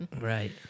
Right